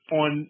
on